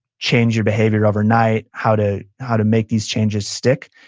change your behavior overnight, how to how to make these changes stick,